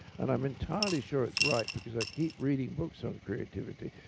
and i'm entirely sure it's right. because i keep reading books on creativity.